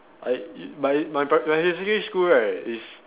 I my my pri~ my secondary school right is